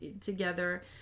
together